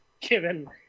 given